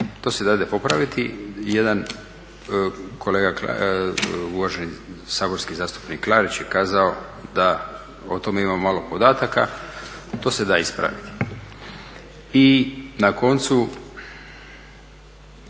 to se dade popraviti. Jedan, uvaženi saborski zastupnik Klarić je kazao da o tome imamo malo podataka, to se da ispraviti. I na koncu